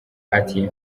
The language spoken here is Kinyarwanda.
ati